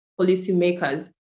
policymakers